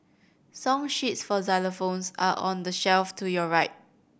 song sheets for xylophones are on the shelf to your right